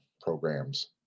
programs